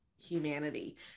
Humanity